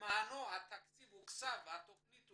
שלמענו הוקצה התקציב ואושרה התכנית,